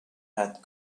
had